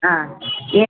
ಹಾಂ ಏ